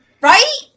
Right